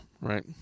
right